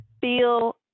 feel